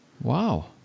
Wow